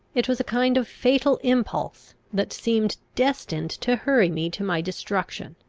it was a kind of fatal impulse, that seemed destined to hurry me to my destruction.